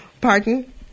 Pardon